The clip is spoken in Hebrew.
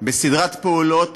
בסדרת פעולות